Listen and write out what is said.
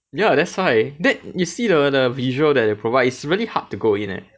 ya that's why then you see the the visual that they provide it's really hard to go in leh